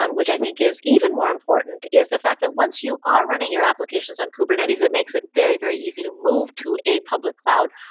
um which i think is even more important, is the fact that once you are running your applications on kubernetes, it makes it very, very easy to move to a public cloud,